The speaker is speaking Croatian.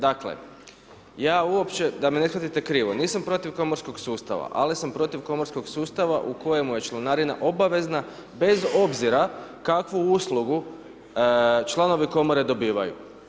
Dakle, ja uopće da me ne shvatite krivo nisam protiv komorskog sustava, ali sam protiv komorskog sustava u kojemu je članarina obavezna bez obzira kakvu uslugu članovi komore dobivaju.